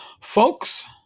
Folks